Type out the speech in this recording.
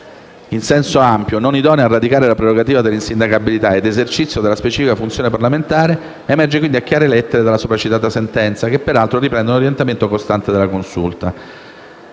in senso ampio, non idonea a radicare la prerogativa dell'insindacabilità, ed esercizio della specifica funzione parlamentare emerge a chiare lettere dalla sopracitata sentenza, che peraltro riprende un orientamento costante della Consulta.